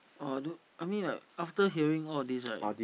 oh I don't I mean like after hearing all of these right